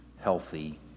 healthy